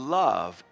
love